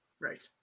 Right